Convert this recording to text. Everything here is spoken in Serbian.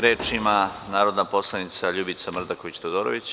Reč ima narodna poslanica Ljubica Mrdaković Todorović.